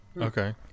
Okay